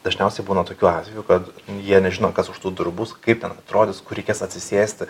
dažniausiai būna tokių atvejų kad jie nežino kas už tų durų bus kaip ten atrodys kur reikės atsisėsti